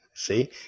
See